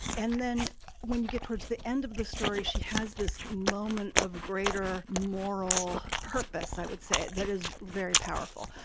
and then when you get towards the end of the story, she has this moment of greater moral purpose. i would say that is very powerful.